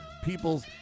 People's